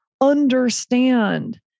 understand